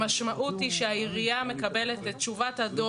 המשמעות היא שהעירייה מקבלת את תשובת הדואר